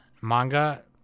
manga